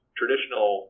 traditional